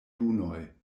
dunoj